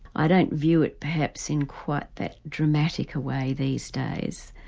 i don't view it perhaps in quite that dramatic a way these days,